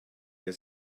wer